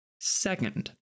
Second